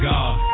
God